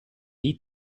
die